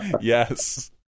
Yes